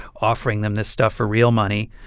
offering them this stuff for real money.